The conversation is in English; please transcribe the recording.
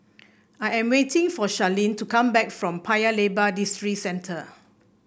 I am waiting for Sharleen to come back from Paya Lebar Districentre